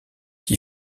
qui